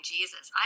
Jesus